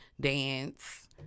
Dance